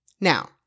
Now